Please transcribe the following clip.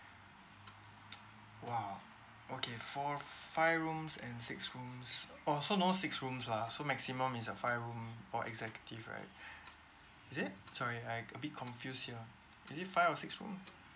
!wah! okay four five rooms and six rooms oh no six rooms lah so maximum is a five room or executive right is it sorry I a bit confused here is it five or six room